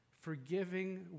forgiving